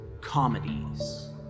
Comedies